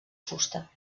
fusta